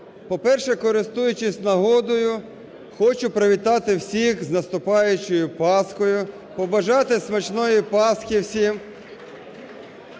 По-перше, користуючись нагодою, хочу привітати всіх з наступаючою Паскою, побажати смачної Паски всім,